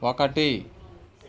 ఒకటి